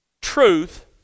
truth